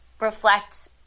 reflect –